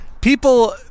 People